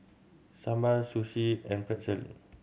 Sambar Sushi and Pretzel